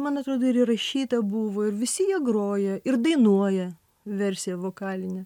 man atrodo ir įrašyta buvo ir visi jie groja ir dainuoja versiją vokalinę